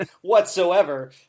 whatsoever